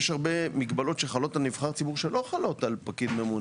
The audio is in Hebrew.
יש הרבה מגבלות שחלות על נבחר ציבור שלא חלות על פקיד ממונה.